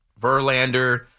Verlander